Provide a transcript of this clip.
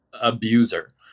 abuser